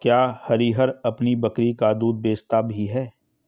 क्या हरिहर अपनी बकरी का दूध बेचता भी है?